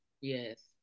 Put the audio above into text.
Yes